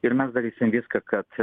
ir mes darysim viską kad